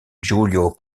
julio